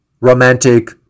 romantic